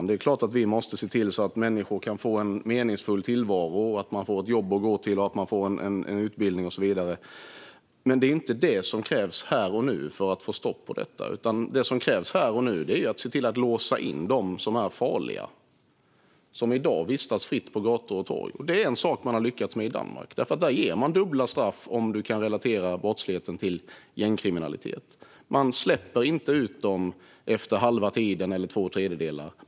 Det är klart att vi måste se till att människor kan få en meningsfull tillvaro, ha ett jobb att gå till och få en utbildning och så vidare. Men det är inte detta som krävs här och nu för att få stopp på gängbrottsligheten. Det som krävs här och nu är att man låser in dem som är farliga och som i dag vistas fritt på gator och torg. Det är något man har lyckats med i Danmark. Där ger man dubbla straff om brottsligheten är relaterad till gängkriminalitet. Man släpper inte ut dem efter halva tiden eller två tredjedelar.